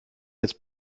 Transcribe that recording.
jetzt